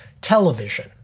Television